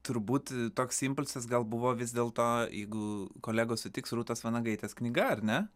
turbūt toks impulsas gal buvo vis dėlto jeigu kolegos sutiks rūtos vanagaitės knyga ar ne